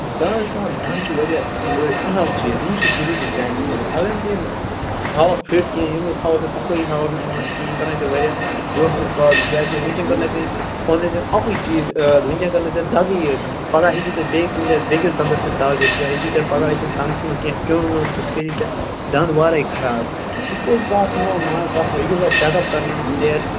دَندَن چھُ پیوان دَند چھِ واریاہ اَہم چیٖز یِم ضروٗری چانہٕ خٲطرٕ اگر نہٕ ژٕ یِم تھاوَکھ فِٹ کِہیٖنۍ یِمَن تھاوَکھ نہٕ صفٲی تھاَوکھ نہٕ اُمَن کِہیٖنۍ یِم کَرناے ژےٚ واریاہ برونہہ کُن پرابلٕم کیازِ کہِ وٕنکٮ۪ن کٔرنٕے ژےٚ ہونٕے ژےٚ أمۍ اَکوی چیٖز وٕنکٮ۪ن کٔرنٕے ژےٚ اتھ دَگٕے یٲژ دَندَس پَگہہ ہیکی ژےٚ بیٚیہِ کُنہِ جایہِ بیکِس دَندَس تہِ دَگ ٲسِتھ یا یہِ ہیکی ژےٚ پگہہ ٲسِتھ دَندَس کیٛوم وِیٛوم تہٕ سُہ کَری ژے دَند وارے خراب اِسلیے ژٕ آس میون مانان ژٕ آس ریگیوٗلَر چیک اَپ کَرناوان بیٚیہِ آس